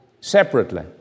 separately